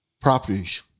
properties